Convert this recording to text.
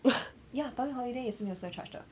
ya public holiday 也是没有 surcharge 的